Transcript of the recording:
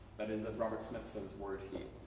that is of robert smithson's word heap.